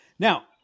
Now